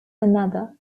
another